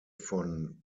von